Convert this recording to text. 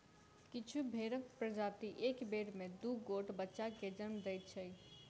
किछु भेंड़क प्रजाति एक बेर मे दू गोट बच्चा के जन्म दैत छै